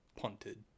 punted